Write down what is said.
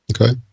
okay